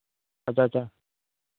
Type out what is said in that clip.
अच्छा अच्छा